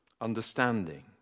understanding